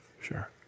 Sure